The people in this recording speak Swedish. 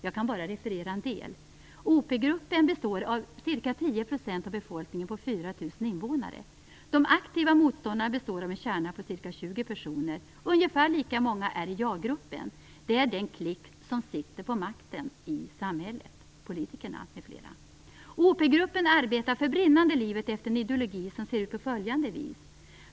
Jag kan bara referera en del. 4 000 invånare. De aktiva motståndarna består av en kärna på ca 20 personer. Ungefär lika många är i Jagruppen, dvs. den klick som sitter vid makten i samhället, politikerna m.fl. Op-gruppen arbetar för brinnande livet efter en ideologi som ser ut på följande vis.